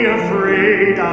afraid